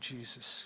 Jesus